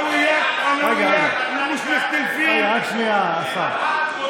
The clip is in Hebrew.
רק שנייה, השר.